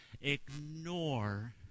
ignore